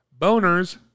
boners